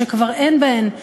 מכיוון שהיה שיח נבון, רציני,